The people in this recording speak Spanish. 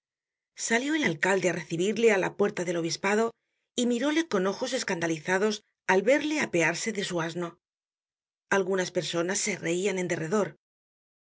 salió el alcalde á recibirle á la puerta del obispado y miróle con ojos escandalizados al verle apearse de su asno algunas personas se reian en derredor